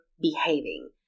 behaving